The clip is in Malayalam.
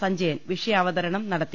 സഞ്ജയൻ വിഷയാവതരണം നടത്തി